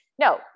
no